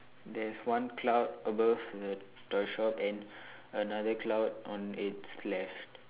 there is one cloud above the toy shop and another cloud on it's left